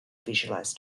visualize